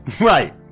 Right